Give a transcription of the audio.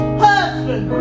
husband